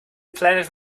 planet